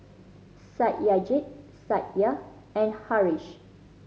Satyajit Satya and Haresh